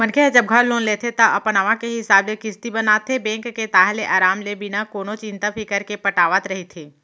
मनखे ह जब घर लोन लेथे ता अपन आवक के हिसाब ले किस्ती बनाथे बेंक के ताहले अराम ले बिना कोनो चिंता फिकर के पटावत रहिथे